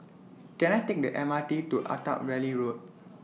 Can I Take The M R T to Attap Valley Road